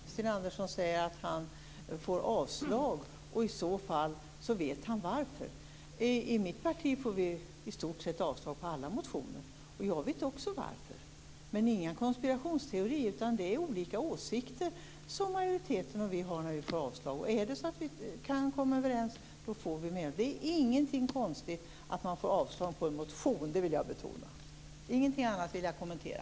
Fru talman! En sak vill jag kommentera. Sten Andersson säger att det troligen blir avslag på en motion som han har lämnat in och att han i så fall vet varför. Vi i Miljöpartiet får avslag på i stort sett alla våra motioner. Jag vet också varför. Men det handlar inte om någon konspirationsteori, utan vi får avslag därför att en majoritet och vi har olika åsikter. Om vi kan komma överens får vi medhåll. Det är alltså inget konstigt med att få avslag på en motion. Det vill jag betona. Ingenting annat vill jag kommentera.